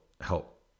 help